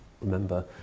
Remember